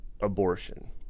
abortion